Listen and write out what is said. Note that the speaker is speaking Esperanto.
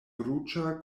ruĝa